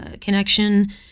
connection